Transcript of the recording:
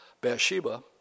Bathsheba